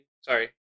Sorry